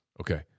Okay